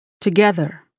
Together